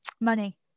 Money